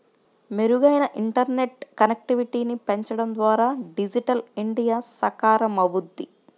మెరుగైన ఇంటర్నెట్ కనెక్టివిటీని పెంచడం ద్వారా డిజిటల్ ఇండియా సాకారమవుద్ది